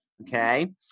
Okay